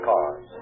Cars